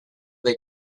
they